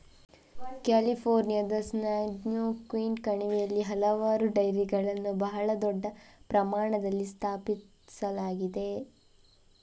ಕ್ಯಾಲಿಫೋರ್ನಿಯಾದ ಸ್ಯಾನ್ಜೋಕ್ವಿನ್ ಕಣಿವೆಯಲ್ಲಿ ಹಲವಾರು ಡೈರಿಗಳನ್ನು ಬಹಳ ದೊಡ್ಡ ಪ್ರಮಾಣದಲ್ಲಿ ಸ್ಥಾಪಿಸಲಾಗಿದೆ